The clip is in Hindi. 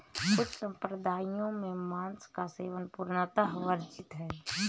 कुछ सम्प्रदायों में मांस का सेवन पूर्णतः वर्जित है